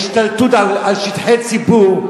בהשתלטות על שטחי ציבור,